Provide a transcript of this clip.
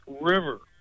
river